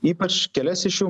ypač kelias iš jų